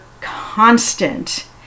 constant